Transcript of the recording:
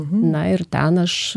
na ir ten aš